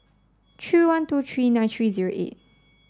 tree one two tree nine tree zero eight